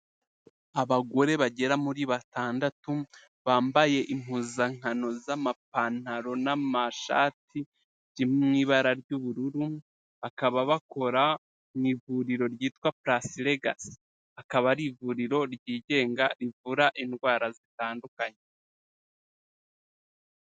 Abagore bagera muri batandatu bambaye impuzankano z'amapantaro n'amashati byo mu ibara ry'ubururu bakaba bakora mu ivuriro ryitwa placelagac akaba ari ivuriro ryigenga rivura indwara zitandukanye.